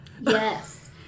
Yes